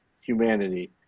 humanity